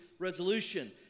Resolution